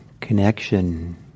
connection